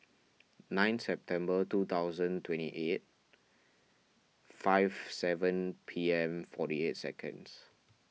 nine September two thousand twenty eight five seven P M forty eight seconds